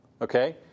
Okay